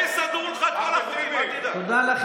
הם יסדרו לך את כל החוקים, אל תדאג.